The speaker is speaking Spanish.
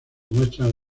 muestran